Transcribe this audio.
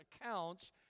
accounts